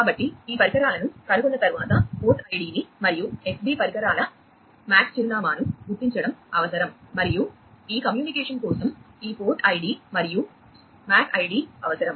కాబట్టి ఈ పరికరాలను కనుగొన్న తర్వాత పోర్ట్ ఐడిని మరియు MAC ఐడి అవసరం